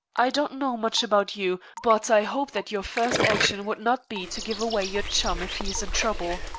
i don't know much about you, but i hope that your first action would not be to give away your chum if he is in trouble.